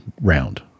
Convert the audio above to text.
round